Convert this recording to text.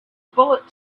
bullet